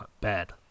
bad